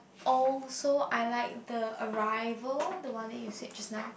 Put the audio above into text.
also I like the arrival the one you said just now